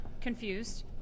confused